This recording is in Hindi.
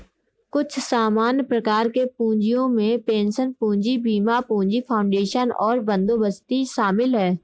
कुछ सामान्य प्रकार के पूँजियो में पेंशन पूंजी, बीमा पूंजी, फाउंडेशन और बंदोबस्ती शामिल हैं